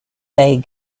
they